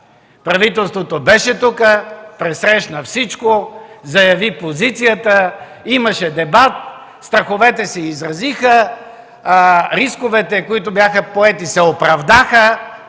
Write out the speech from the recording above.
Правителството беше тук, пресрещна всичко, заяви позицията, имаше дебати, страховете се изразиха, рисковете, които бяха поети, се оправдаха